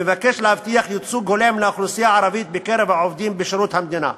המבקש להבטיח ייצוג הולם לאוכלוסייה הערבית בקרב העובדים בשירות המדינה.